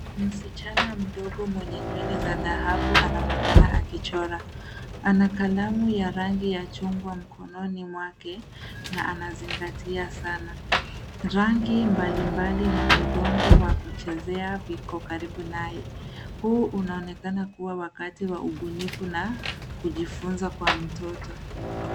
Msichana mdogo mwenye nywele za dhahabu anaonekana akichora. Ana kalamu ya rangi ya chungwa mkononi mwake na anazingatia sana. Rangi mbali mbali na udongo wa kuchezea viko karibu naye. Huu unaonekana kuwa wakati wa ubunifu na kujifunza kwa mtoto.